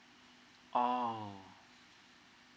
oh